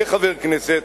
כחבר הכנסת,